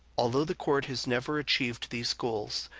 although the court has never achieved these goals,